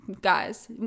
guys